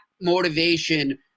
motivation